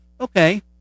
Okay